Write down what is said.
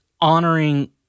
honoring